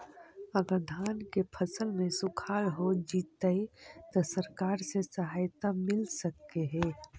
अगर धान के फ़सल में सुखाड़ होजितै त सरकार से सहायता मिल सके हे?